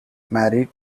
married